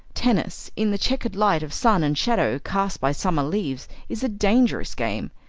tennis, in the chequered light of sun and shadow cast by summer leaves, is a dangerous game.